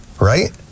right